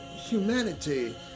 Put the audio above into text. Humanity